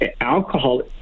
alcohol